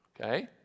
Okay